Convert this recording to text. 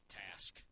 task